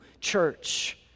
church